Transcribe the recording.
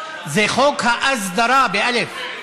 זה חוק האסדרה, באל"ף.